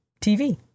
TV